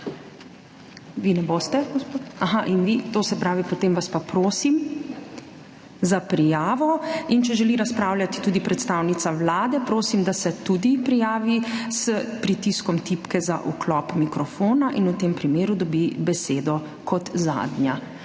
Vi ne boste? Potem vas pa prosim za prijavo. Če želi razpravljati tudi predstavnica Vlade, prosim, da se tudi prijavi s pritiskom tipke za vklop mikrofona in v tem primeru dobi besedo kot zadnja.